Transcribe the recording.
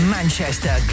Manchester